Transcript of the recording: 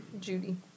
Judy